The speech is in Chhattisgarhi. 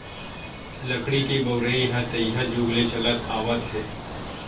लकड़ी के बउरइ ह तइहा जुग ले चलत आवत हे